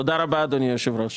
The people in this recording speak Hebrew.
תודה רבה אדוני היושב ראש.